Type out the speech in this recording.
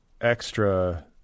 extra